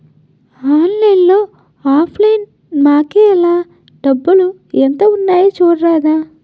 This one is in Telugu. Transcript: ఆన్లైన్లో ఆఫ్ లైన్ మాకేఏల్రా డబ్బులు ఎంత ఉన్నాయి చూడరాదా